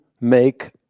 make